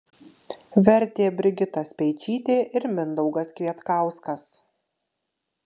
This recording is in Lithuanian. vertė brigita speičytė ir mindaugas kvietkauskas